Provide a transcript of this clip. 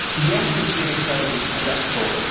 yes, it's been incredibly successful,